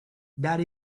that